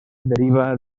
deriva